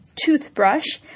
toothbrush